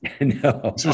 No